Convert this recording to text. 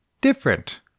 different